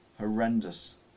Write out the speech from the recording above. Horrendous